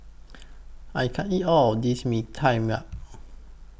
I can't eat All of This Mee Tai Mak